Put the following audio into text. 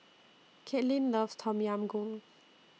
Katlynn loves Tom Yam Goong